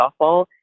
softball